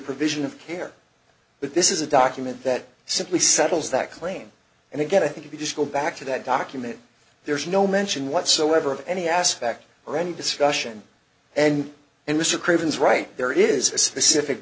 provision of care but this is a document that simply settles that claim and again i think if you just go back to that document there is no mention whatsoever of any aspect or any discussion and in mr craven's right there is a specific